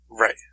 Right